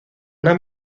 una